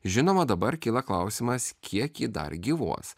žinoma dabar kyla klausimas kiek ji dar gyvuos